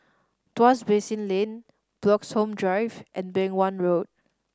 Tuas Basin Lane Bloxhome Drive and Beng Wan Road